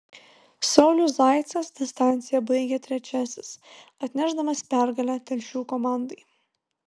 saulius zaicas distanciją baigė trečiasis atnešdamas pergalę telšių komandai